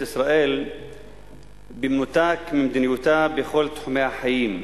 ישראל במנותק ממדיניותה בכל תחומי החיים.